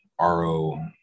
RO